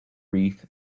reef